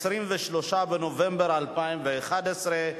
התשע"ב 2011,